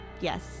yes